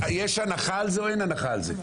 יש הנחה על זה או אין הנחה על זה?